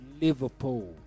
liverpool